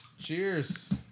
Cheers